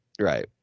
right